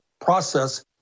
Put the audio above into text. process